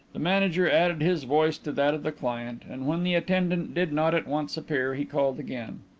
the manager added his voice to that of the client, and when the attendant did not at once appear he called again.